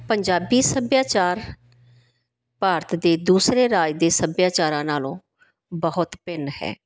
ਪੰਜਾਬੀ ਸੱਭਿਆਚਾਰ ਭਾਰਤ ਦੇ ਦੂਸਰੇ ਰਾਜ ਦੇ ਸੱਭਿਆਚਾਰਾਂ ਨਾਲੋਂ ਬਹੁਤ ਭਿੰਨ ਹੈ